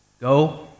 go